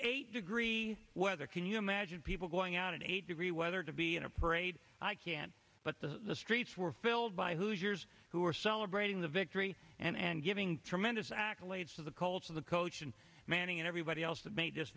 eight degree weather can you imagine people going out in eight degree weather to be in a parade i can but the streets were filled by hoosiers who were celebrating the victory and giving tremendous accolades to the colts of the coach and manning and everybody else that made just